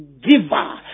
giver